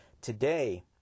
Today